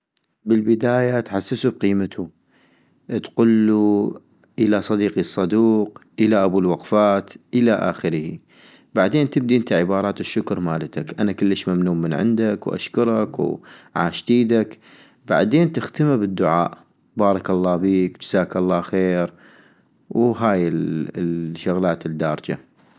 بالبداية تحسسو بقيمتو ، تقول إلى صديقي الصدوق ، إلى أبو الوقفات ، إلى اخره - بعدين تبدي انت عبارات الشكر مالتك، أنا كلش ممنون من عندك ، واشكرك ، وعاشت ايدك - بعدين تختما بالدعاء ، بارك الله بيك ، جزاك الله خير ، وهاي ال الشغلات الدارجة